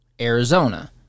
Arizona